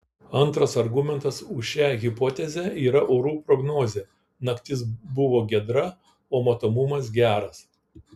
antras argumentas už šią hipotezę yra orų prognozė naktis buvo giedra o matomumas geras